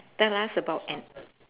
tell us about an